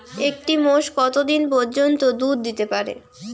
একটি মোষ কত দিন পর্যন্ত দুধ দিতে পারে?